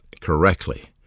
correctly